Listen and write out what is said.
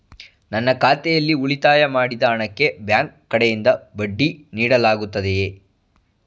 ನನ್ನ ಖಾತೆಯಲ್ಲಿ ಉಳಿತಾಯ ಮಾಡಿದ ಹಣಕ್ಕೆ ಬ್ಯಾಂಕ್ ಕಡೆಯಿಂದ ಬಡ್ಡಿ ನೀಡಲಾಗುತ್ತದೆಯೇ?